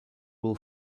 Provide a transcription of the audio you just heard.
will